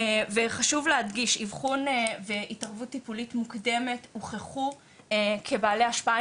חשוב להדגיש אבחון והתערבות טיפולית מוקדמת הוכחו כבעלי השפעה